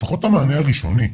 לפחות את המענה הראשוני.